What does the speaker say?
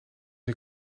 een